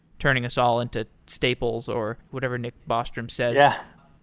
turning us all into staples, or whatever nick bostrom says. yeah.